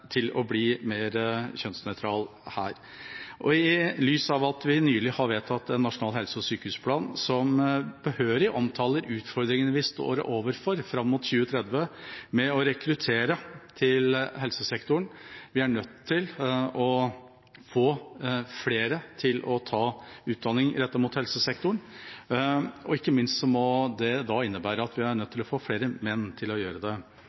til å bli mer kjønnsnøytral. I lys av at vi nylig har vedtatt en nasjonal helse- og sykehusplan, som behørig omtaler utfordringene vi står overfor fram mot 2030 med å rekruttere til helsesektoren, er vi nødt til å få flere til å ta utdanning rettet mot helsesektoren, og ikke minst må det innebære at vi er nødt til å få flere menn til å gjøre det.